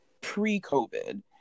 pre-COVID